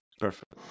Perfect